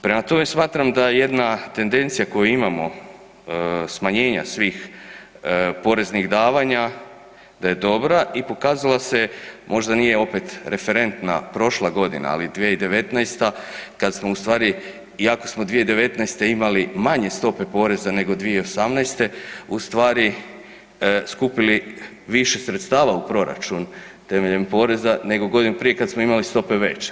Prema tome smatram da je jedna tendencija koju imamo smanjenja svih poreznih davanja da je dobra i pokazala se možda nije opet referentna prošla godina, ali 2019., kad smo ustvari iako smo 2019. imali manje stope poreza nego 2018. ustvari skupili više sredstava u proračun temeljem poreza nego godinu prije kada smo imali stope veće.